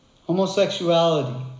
homosexuality